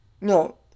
No